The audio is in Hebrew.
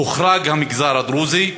הוחרג המגזר הדרוזי.